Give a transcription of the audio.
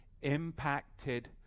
impacted